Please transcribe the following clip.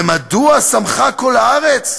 ומדוע שמחה כל הארץ,